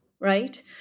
right